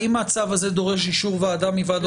האם הצו הזה דורש אישור ועדה מוועדות הכנסת?